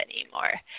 anymore